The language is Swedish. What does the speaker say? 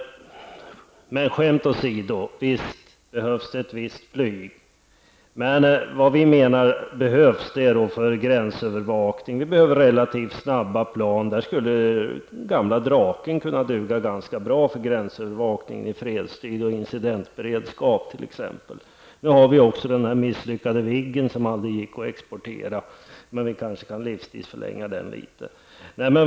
Skämt å sido -- visst behövs det ett visst flyg. Men vad vi menar är att det behövs för gränsövervakning. Vi behöver relativt snabba plan. Den gamla Draken skulle kunna duga ganska bra för gränsövervakning i fredstid och för t.ex. incidentberedskap. Nu har vi också den misslyckade Viggen, som aldrig kunde exporteras. Men vi kanske kan livstidsförlänga den litet.